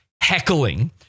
heckling